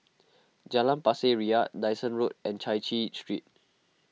Jalan Pasir Ria Dyson Road and Chai Chee Street